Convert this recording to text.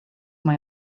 mai